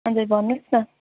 अन्त भन्नुहोस् न